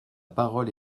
parole